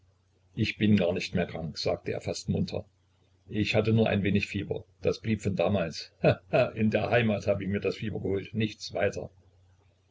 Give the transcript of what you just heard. ich bin gar nicht mehr krank sagte er fast munter ich hatte nur ein wenig fieber das blieb von damals he he in der heimat hab ich mir das fieber geholt nichts weiter